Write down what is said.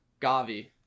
Gavi